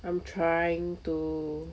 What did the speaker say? I'm trying to